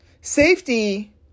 safety